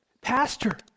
Pastor